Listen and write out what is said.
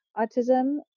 autism